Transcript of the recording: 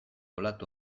olatu